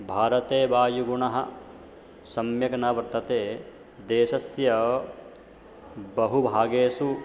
भारते वायुगुणः सम्यक् न वर्तते देशस्य बहुभागेषु